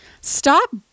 stop